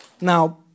Now